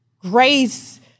Grace